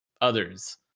others